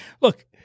look